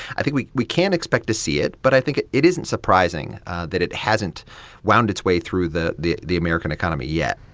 i think we we can expect to see it. but i think it it isn't surprising that it hasn't wound its way through the the american economy yet